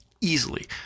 easily